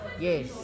Yes